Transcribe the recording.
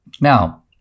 Now